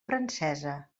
francesa